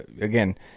again